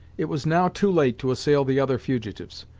it was now too late to assail the other fugitives,